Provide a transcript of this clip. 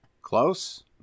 Close